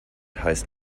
heißt